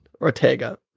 Ortega